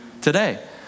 today